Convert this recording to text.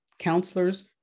counselors